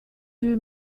two